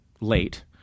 late